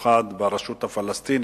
במיוחד ברשות הפלסטינית,